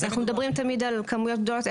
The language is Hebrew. אנחנו מדברים תמיד על כמויות גדולות,